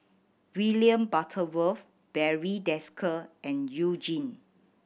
William Butterworth Barry Desker and You Jin